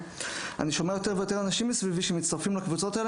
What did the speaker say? אני שומע יותר ויותר אנשים סביבי שמצטרפים לקבוצות האלה